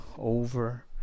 over